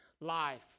life